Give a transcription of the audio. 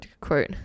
quote